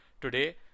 Today